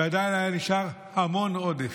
ועדיין היה נשאר המון עודף.